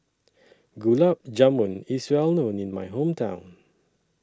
Gulab Jamun IS Well known in My Hometown